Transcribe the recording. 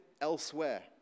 elsewhere